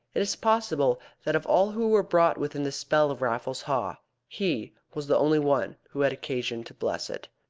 it is possible that of all who were brought within the spell of raffles haw he was the only one who had occasion to bless it.